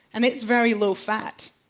and it's very low fat.